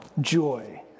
Joy